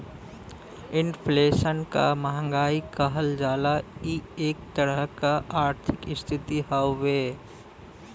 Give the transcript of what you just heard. inflation क महंगाई कहल जाला इ एक तरह क आर्थिक स्थिति हउवे